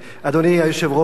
אדוני היושב-ראש,